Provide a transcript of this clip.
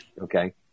Okay